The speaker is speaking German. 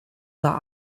war